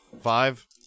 Five